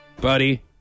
buddy